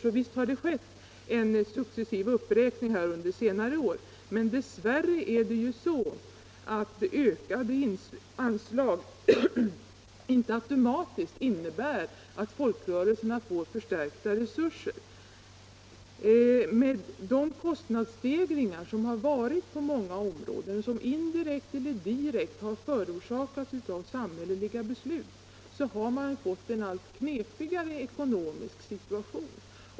Så visst har det skett en successiv uppräkning under senare år, men dess värre är det så att ökade anslag inte automatiskt innebär att folkrörelserna får förstärkta resurser. Med de kostnadsstegringar som förekommit på många områden och som indirekt eller direkt förorsakats av samhälleliga beslut har man fått en allt knepigare ekonomisk situation.